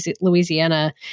Louisiana